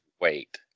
wait